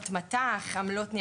עמלות מט"ח,